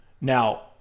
Now